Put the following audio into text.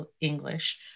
English